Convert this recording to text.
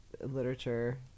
literature